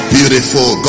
Beautiful